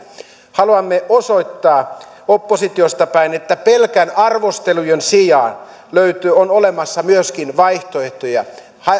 haluamme osoittaa oppositiosta päin että pelkkien arvostelujen sijaan on olemassa myöskin vaihtoehtoja